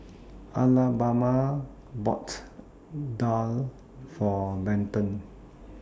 Alabama bought Daal For Benton